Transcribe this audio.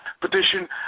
petition